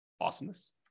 Awesomeness